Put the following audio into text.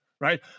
right